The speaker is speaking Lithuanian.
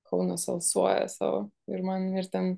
kaunas alsuoja savo ir man ir ten